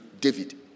David